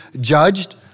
judged